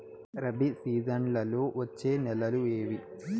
రబి సీజన్లలో వచ్చే నెలలు ఏవి?